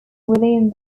within